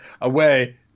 away